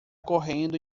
correndo